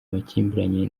amakimbirane